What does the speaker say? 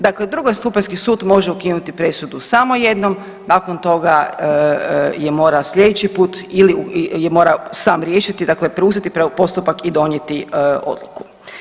Dakle, drugostupanjski sud može ukinuti presudu samo jednom, nakon toga je mora slijedeći put ili je mora sam riješiti dakle preuzeti postupak i donijeti odluku.